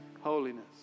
holiness